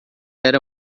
era